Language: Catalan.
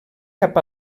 cap